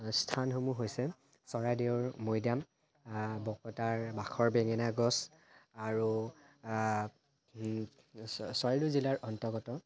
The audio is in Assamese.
স্থানসমূহ হৈছে চৰাইদেউৰ মৈদাম বকতাৰ বাখৰ বেঙেনা গছ আৰু চৰাইদেউ জিলাৰ অন্তৰ্গত